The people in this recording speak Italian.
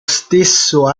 stesso